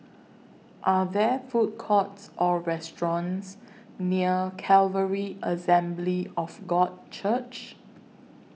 Are There Food Courts Or restaurants near Calvary Assembly of God Church